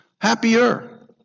happier